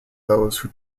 those